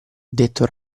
detto